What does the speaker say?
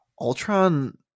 Ultron